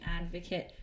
advocate